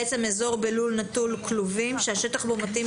"אזור בלול נטול כלובים שהשטח בו מתאים